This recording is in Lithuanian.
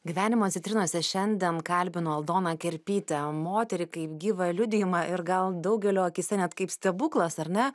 gyvenimo citrinose šiandien kalbinu aldoną kerpytę moterį kaip gyvą liudijimą ir gal daugelio akyse net kaip stebuklas ar ne